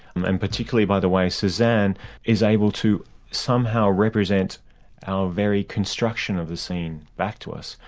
and and particularly by the way cezanne is able to somehow represent our very construction of the scene back to us,